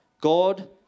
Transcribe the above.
God